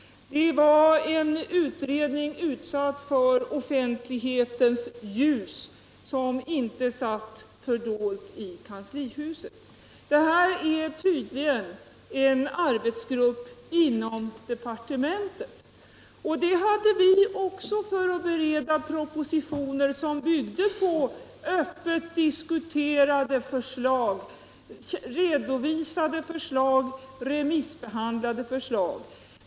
Det var en utredning utsatt för offentlighetens ljus, en utredning som inte satt fördold i kanslihuset. Här är det tydligen fråga om en arbetsgrupp inom departementet. Sådana hade också vi för att bereda propositioner som byggde på redan tidigare öppet diskuterade, redovisade och remissbehandlade förslag.